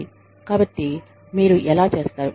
కాబట్టి మీరు ఎలా చేస్తారు